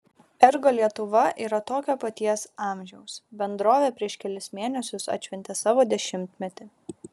ergo lietuva yra tokio paties amžiaus bendrovė prieš kelis mėnesius atšventė savo dešimtmetį